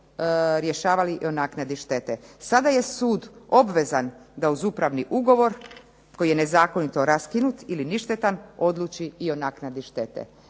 rješavali o naknadi štete. Sada je sud obvezan da uz upravni ugovor koji je nezakonito raskinut ili ništetan odluči i o naknadi štete.